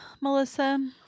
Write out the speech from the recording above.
Melissa